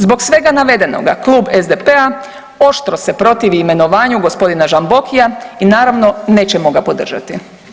Zbog svega navedenoga Klub SDP-a oštro se protivi imenovanju gospodina Žambokija i naravno nećemo ga podržati.